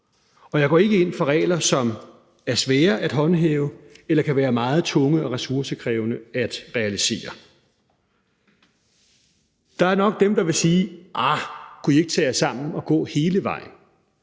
Og jeg går ikke ind for regler, som er svære at håndhæve, eller som kan være meget tunge og ressourcekrævende at realisere. Der er nok dem, der vil sige: Arh, kunne I ikke tage jer sammen og gå hele vejen.